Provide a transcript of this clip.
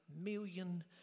million